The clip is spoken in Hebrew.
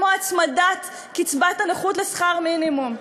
כמו הצמדת קצבת הנכות לשכר מינימום,